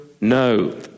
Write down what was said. no